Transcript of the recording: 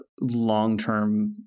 long-term